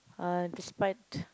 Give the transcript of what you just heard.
uh despite